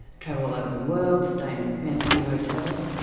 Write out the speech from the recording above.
travel all over the world, stay in fancy hotels.